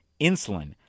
insulin